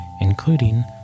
including